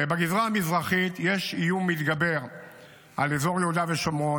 בגזרה המזרחית יש איום מתגבר על אזור יהודה ושומרון,